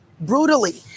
brutally